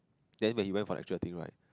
then when he went for actual thing right